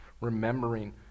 remembering